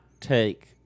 take